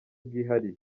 bwihariye